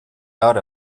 out